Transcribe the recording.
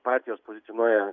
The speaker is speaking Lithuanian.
partijos pozicionuoja